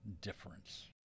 difference